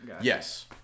Yes